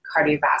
cardiovascular